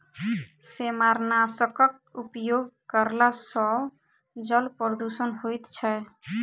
सेमारनाशकक उपयोग करला सॅ जल प्रदूषण होइत छै